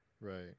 Right